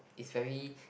it's very